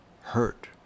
hurt